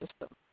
system